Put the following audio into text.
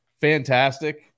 fantastic